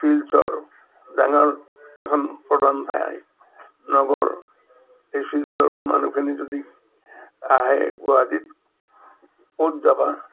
শিলচৰ ডাঙৰ এখন প্ৰধান ঠাই নগৰ এই শিলচৰৰ মানুহখিনি যদি আহে গুৱাহাটীত ক'ত যাবা